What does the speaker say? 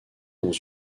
dans